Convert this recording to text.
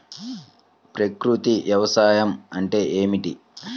ప్రకృతి వ్యవసాయం అంటే ఏమిటి?